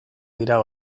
dira